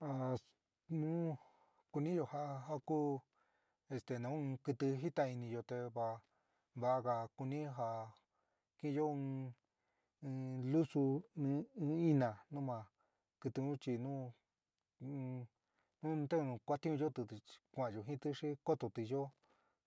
Ja nu kuniyo jaa ja ku esté nu in kɨtɨ jitain iniyo te va va'aga kuni ja kiínyo in lusu in ina nu ma, kɨtɨ un chɨ nu nuún nuún te nu kuatinyóti chi kua'anyo jɨnti xi kótoti yoó